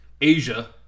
Asia